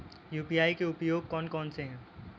UPI के उपयोग कौन कौन से हैं?